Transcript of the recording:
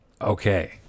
Okay